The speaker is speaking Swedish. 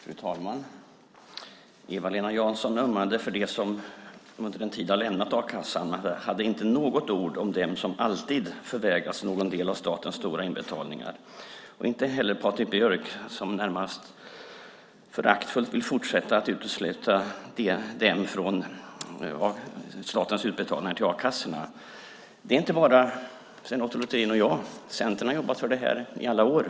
Fru talman! Eva-Lena Jansson ömmade för dem som har lämnat a-kassan men hade inte något ord att säga om dem som alltid förvägras någon del av statens stora inbetalningar. Det hade inte heller Patrik Björck, som närmast föraktfullt vill fortsätta att utesluta dem från statens utbetalningar till a-kassorna. Det är inte bara Sven Otto Littorin och jag som har jobbat för detta. Centern har jobbat för detta i alla år.